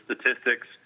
statistics